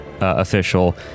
official